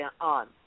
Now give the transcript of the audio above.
on